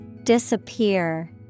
Disappear